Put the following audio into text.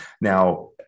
Now